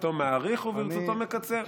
ברצותו מאריך וברצותו מקצר.